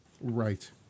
Right